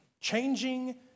changing